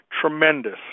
Tremendous